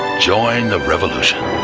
join the revolution.